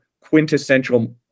quintessential